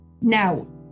Now